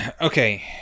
Okay